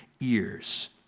ears